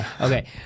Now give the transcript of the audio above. Okay